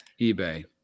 eBay